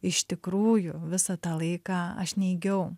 iš tikrųjų visą tą laiką aš neigiau